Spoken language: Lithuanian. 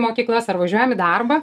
mokyklas ar važiuojam į darbą